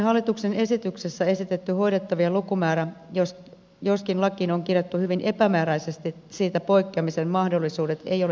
hallituksen esityksessä esitetty hoidettavien lukumäärä joskin lakiin on kirjattu hyvin epämääräisesti siitä poikkeamisen mahdollisuudet ei ole mielestämme kannatettava